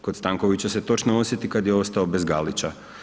Kod Stankovića se točno osjeti kad je ostao bez Galića.